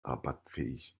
rabattfähig